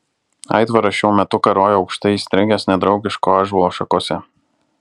aitvaras šiuo metu karojo aukštai įstrigęs nedraugiško ąžuolo šakose